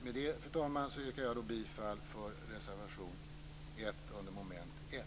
Med det, fru talman, yrkar jag bifall till reservation 1 under mom. 1.